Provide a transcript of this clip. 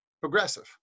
progressive